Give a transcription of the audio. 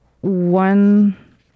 one